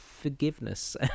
Forgiveness